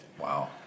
Wow